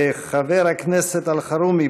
חבר הכנסת אלחרומי,